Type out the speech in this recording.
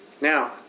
Now